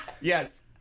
Yes